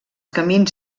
camins